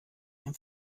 dem